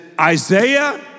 Isaiah